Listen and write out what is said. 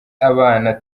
abana